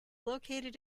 located